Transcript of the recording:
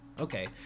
okay